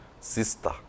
Sister